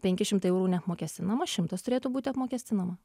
penki šimtai eurų neapmokestinama šimtas turėtų būti apmokestinama